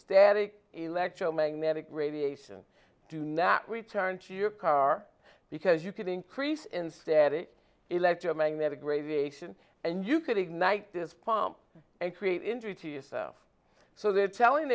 static electromagnetic radiation do not return to your car because you can increase in static electromagnetic radiation and you can ignite this pomp and create injury to yourself so they're telling